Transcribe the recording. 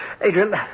Adrian